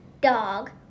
dog